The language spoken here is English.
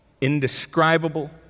indescribable